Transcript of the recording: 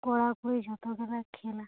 ᱠᱚᱲᱟ ᱠᱩᱲᱤ ᱡᱚᱛᱚ ᱜᱮᱞᱮ ᱠᱷᱮᱞᱟ